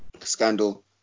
scandal